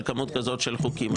על כמות כזאת של חוקים?